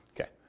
Okay